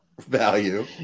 value